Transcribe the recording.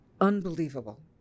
unbelievable